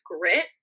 grit